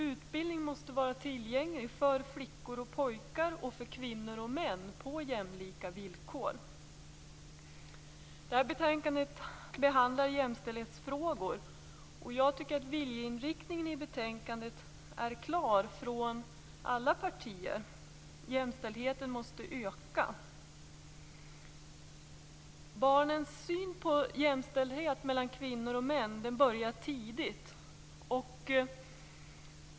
Utbildning måste vara tillgänglig för flickor och pojkar och för kvinnor och män på jämlika villkor. Detta betänkande behandlar jämställdhetsfrågor. Jag tycker att viljeinriktningen i betänkandet är klar från alla partier: Jämställdheten måste öka. Barnens syn på jämställdhet mellan kvinnor och män börjar tidigt.